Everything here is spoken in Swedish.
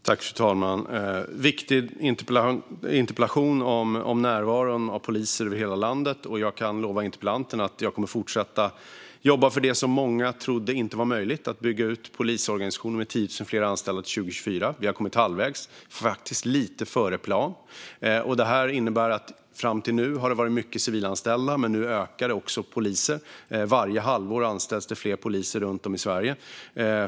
Fru talman! Det här är en viktig interpellation om närvaron av poliser över hela landet, och jag kan lova interpellanten att jag kommer att fortsätta att jobba för det som många inte trodde var möjligt: att bygga ut polisorganisationen med 10 000 fler anställda till 2024. Vi har kommit halvvägs, faktiskt lite före plan. Fram till nu har det varit mycket civilanställda, men nu ökar också poliserna. Varje halvår anställs det fler poliser runt om i Sverige.